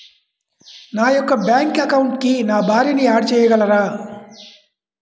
నా యొక్క బ్యాంక్ అకౌంట్కి నా భార్యని యాడ్ చేయగలరా?